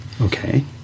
Okay